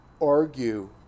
argue